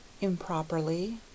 Improperly